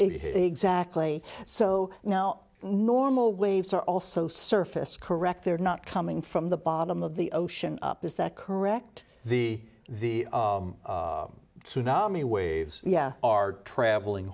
exactly so now normal waves are also surface correct they're not coming from the bottom of the ocean up is that correct the the tsunami waves yeah are travelling